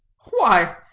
why,